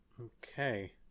Okay